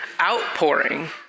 outpouring